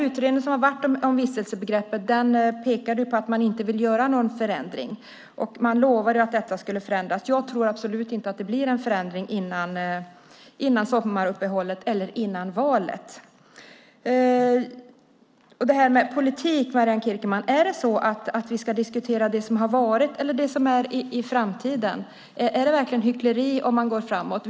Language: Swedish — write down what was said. Utredningen om vistelsebegreppet ville inte göra någon förändring, och man lovade att detta skulle förändras. Jag tror absolut inte att det blir någon förändring före sommaruppehållet eller före valet. När det gäller det här med politik, Marianne Kierkemann: Är det så att vi ska diskutera det som har varit eller det som är i framtiden? Är det verkligen hyckleri om man blickar framåt?